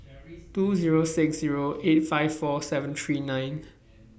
two Zero six Zero eight five four seven three nine